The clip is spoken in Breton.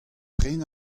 pren